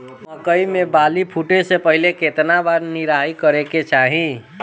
मकई मे बाली फूटे से पहिले केतना बार निराई करे के चाही?